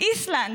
איסלנד,